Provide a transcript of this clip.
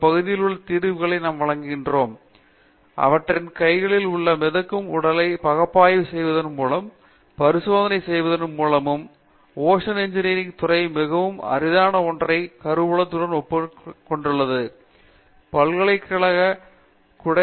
இந்த பகுதியிலுள்ள தீர்வுகளை நாம் வழங்குகின்றோம் அவற்றின் கைகளில் உள்ள மிதக்கும் உடலைப் பகுப்பாய்வு செய்வதன் மூலமும் பரிசோதனை செய்வதன் மூலமும் ஓசான் இன்ஜினியரில் களின் துறை மிகவும் அரிதான ஒன்றிணைந்த கருவூலத்துடன் ஒப்புதல் பெற்றுள்ளதுடன் பல்கலைக்கழக குடை